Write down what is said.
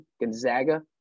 Gonzaga